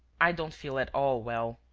i don't feel at all well.